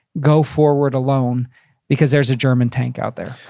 go forward alone because there's a german tank out there.